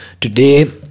today